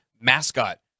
mascot